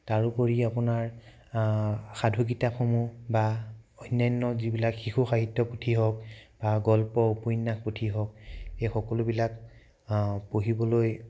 তাৰোপৰি আপোনাৰ সাধু কিতাপসমূহ বা অন্যান্য যিবিলাক শিশু সাহিত্য পুথি হওক বা গল্প উপন্যাস পুথি হওক এই সকলোবিলাক পঢ়িবলৈ